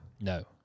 No